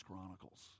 Chronicles